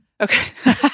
Okay